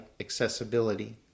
Accessibility